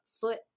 foot